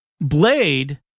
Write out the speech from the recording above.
Blade